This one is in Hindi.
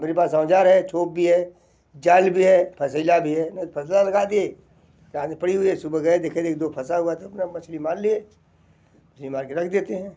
मेरे पास औजार है छोप भी है जाल भी है फसेला भी है नहीं तो फसेला लगा दिए रात में पड़ी हुई है सुबह गए देखे तो एक दो फंसा हुआ था मैंने कहा हम मछली मार लिए मछली मार के रख देते हैं